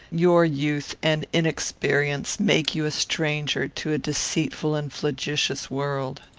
your youth and inexperience make you a stranger to a deceitful and flagitious world.